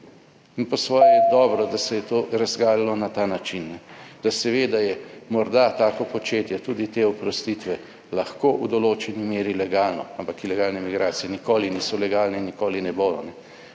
in po svoje je dobro, da se je to razgalilo na ta način. Da seveda je morda tako početje tudi te oprostitve lahko v določeni meri legalno, ampak ilegalne migracije nikoli niso legalne in nikoli ne bodo.